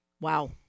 Wow